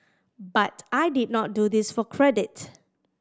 but I did not do this for credit